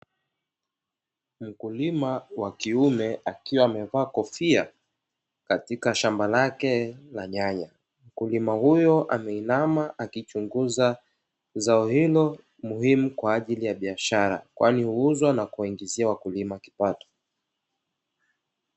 Mkulima wa kiume akiwa amevaa kofia katika shamba lake la nyanya, mkulima huyu ameinama akichunguza zao hilo muhimu kwaajili ya biashara kwani huuzwa na kuwaingizia wakulima kipato.